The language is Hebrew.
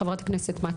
בבקשה, חה"כ מטי.